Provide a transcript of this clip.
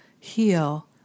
heal